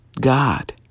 God